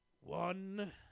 One